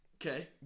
Okay